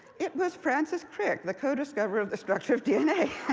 it was francis crick, the co-discoverer of the structure of dna.